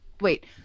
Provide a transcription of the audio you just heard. wait